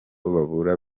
babura